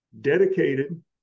dedicated